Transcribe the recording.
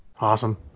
Awesome